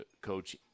Coach